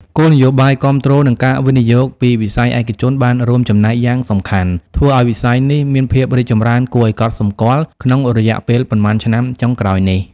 គោលនយោបាយគាំទ្រ និងការវិនិយោគពីវិស័យឯកជនបានរួមចំណែកយ៉ាងសំខាន់ ធ្វើឱ្យវិស័យនេះមានភាពរីកចម្រើនគួរឱ្យកត់សម្គាល់ក្នុងរយៈពេលប៉ុន្មានឆ្នាំចុងក្រោយនេះ។